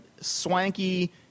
swanky